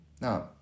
Now